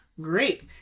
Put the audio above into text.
great